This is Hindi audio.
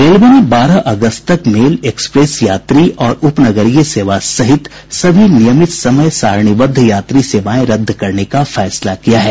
रेलवे ने बारह अगस्त तक मेल एक्सप्रेस यात्री और उपनगरीय सेवा सहित सभी नियमित समय सारणीबद्ध यात्री सेवाएं रद्द करने का फैसला किया है